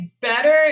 better